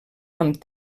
amb